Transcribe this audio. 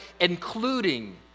including